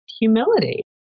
humility